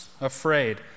Afraid